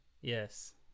Yes